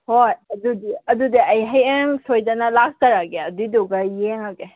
ꯍꯣꯏ ꯑꯗꯨꯗꯤ ꯑꯗꯨꯗꯤ ꯑꯩ ꯍꯌꯦꯡ ꯁꯣꯏꯗꯅ ꯂꯥꯛꯆꯔꯒꯦ ꯑꯗꯨꯏꯗꯨꯒ ꯌꯦꯡꯉꯒꯦ